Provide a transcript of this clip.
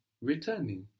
Returning